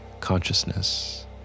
consciousness